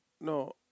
no